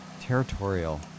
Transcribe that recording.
territorial